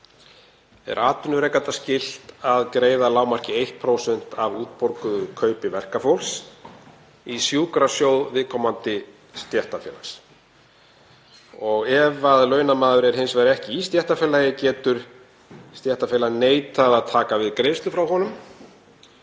er atvinnurekanda skylt að greiða að lágmarki 1% af útborguðu kaupi verkafólks í sjúkrasjóð viðkomandi stéttarfélags. Ef launamaður er hins vegar ekki í stéttarfélagi getur stéttarfélag neitað að taka við greiðslu frá honum